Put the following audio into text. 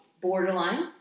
borderline